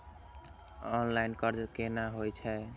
Online कर्ज केना होई छै?